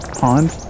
pond